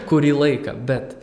kurį laiką bet